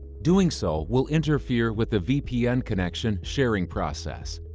doing so will interfere with the vpn connection sharing process.